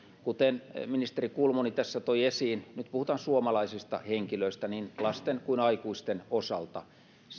kuten ministeri kulmuni tässä toi esiin nyt puhutaan suomalaisista henkilöistä niin lasten kuin aikuisten osalta